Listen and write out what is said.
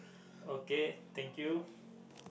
okay thank you